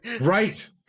right